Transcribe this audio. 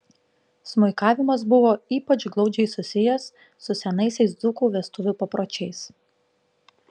smuikavimas buvo ypač glaudžiai susijęs su senaisiais dzūkų vestuvių papročiais